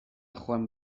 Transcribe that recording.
joan